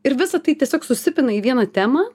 ir visa tai tiesiog susipina į vieną temą